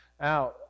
Now